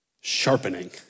sharpening